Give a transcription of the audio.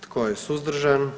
Tko je suzdržan?